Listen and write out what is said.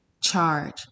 charge